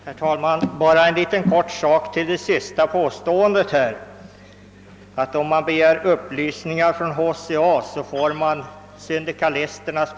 Herr talman! Bara en kort replik med anledning av det senast framförda påståendet att man om man begär upplysningar från HCA får propaganda från syndikalisterna.